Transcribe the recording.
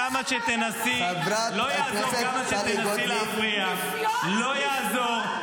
כמה שתנסי להפריע, לא יעזור.